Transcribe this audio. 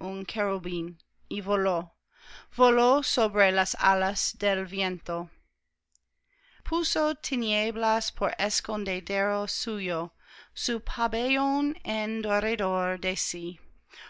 y voló voló sobre las alas del viento puso tinieblas por escondedero suyo su pabellón en derredor de sí